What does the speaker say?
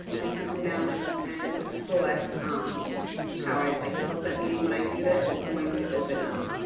i can come down and and select select um how i'd like to host that meeting. when i do this, it's going to open up